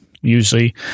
usually